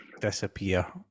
disappear